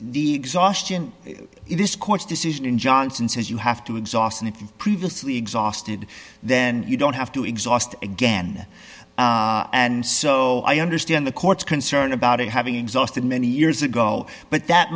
the exhaustion in this court's decision in johnson says you have to exhaust and if you've previously exhausted then you don't have to exhaust again and so i understand the court's concern about it having exhausted many years ago but that